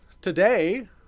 today